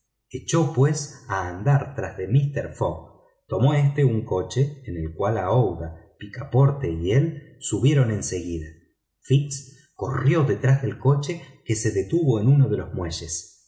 echó pues a andar tras de mister fogg tomó éste un coche en el cual aouida picaporte y él subieron en seguida fix corrió detrás del coche que se detuvo en uno de los muelles